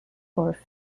for